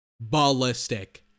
ballistic